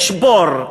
יש בור,